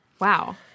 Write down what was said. wow